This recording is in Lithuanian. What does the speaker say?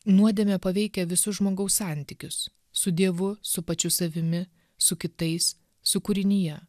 nuodėmė paveikia visus žmogaus santykius su dievu su pačiu savimi su kitais su kūrinija